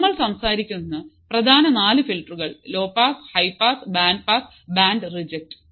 നമ്മൾ സംസാരിക്കുന്ന പ്രധാന നാല് ഫിൽട്ടറുകൾലോ pass high pass band pass band reject